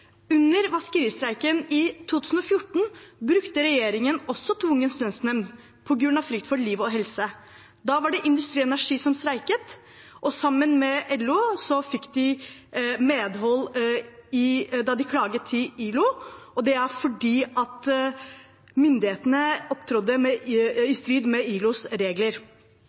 under vaskeristreiken i 2014 brukte regjeringen tvungen lønnsnemnd, på grunn av frykt for liv og helse. Da var det Industri Energi som streiket. Sammen med LO fikk de medhold da de klaget til ILO, og det var fordi myndighetene opptrådte i strid med ILOs regler.